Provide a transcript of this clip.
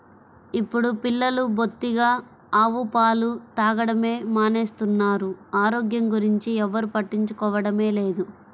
ఇప్పుడు పిల్లలు బొత్తిగా ఆవు పాలు తాగడమే మానేస్తున్నారు, ఆరోగ్యం గురించి ఎవ్వరు పట్టించుకోవడమే లేదు